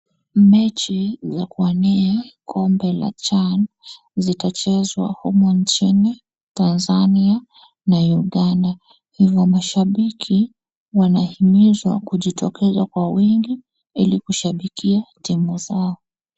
Mechi za kuwania kombe la CHAN zitachezwa humu nchini, Tanzania na Uganda hivo mashabiki wanaimizwa kujitokeza kwa wingi ili kushabikia timu zao.